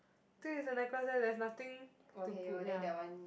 think is the necklace leh there's nothing to put ya